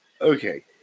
Okay